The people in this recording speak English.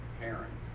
parents